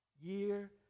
year